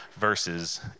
verses